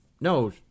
no